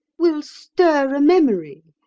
will stir a memory,